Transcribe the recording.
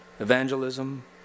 evangelism